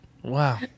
wow